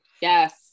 Yes